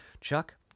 Chuck